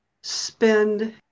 spend